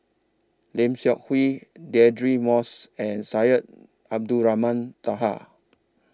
Lim Seok Hui Deirdre Moss and Syed Abdulrahman Taha